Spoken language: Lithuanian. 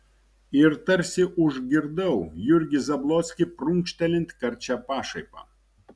ir tarsi užgirdau jurgį zablockį prunkštelint karčia pašaipa